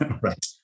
right